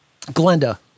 Glenda